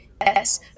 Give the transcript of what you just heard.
Yes